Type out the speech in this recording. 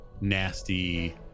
nasty